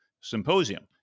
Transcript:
symposium